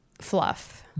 fluff